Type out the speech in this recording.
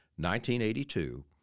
1982